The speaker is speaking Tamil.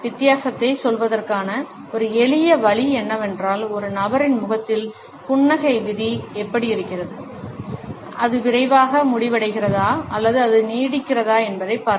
வித்தியாசத்தைச் சொல்வதற்கான ஒரு எளிய வழி என்னவென்றால் ஒரு நபரின் முகத்தில் புன்னகை விதி எப்படி இருக்கிறது அது விரைவாக முடிவடைகிறதா அல்லது அது நீடிக்கிறதா என்பதைப் பார்ப்பது